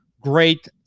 great